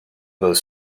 both